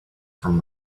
from